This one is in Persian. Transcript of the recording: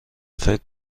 فکر